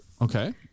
okay